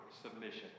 submission